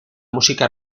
música